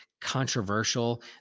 controversial